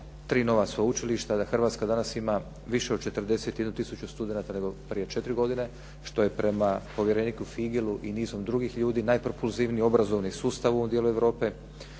Hrvatska danas ima više od 41 tisuću studenata nego prije 4 godine, što je prema povjereniku Fiegelu i nizu drugih ljudi najpropulzivniji obrazovni sustav u ovom dijelu Europe.